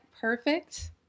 perfect